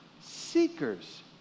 Seekers